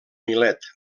milet